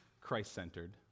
Christ-centered